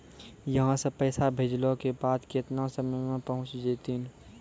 यहां सा पैसा भेजलो के बाद केतना समय मे पहुंच जैतीन?